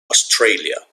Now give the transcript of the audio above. australia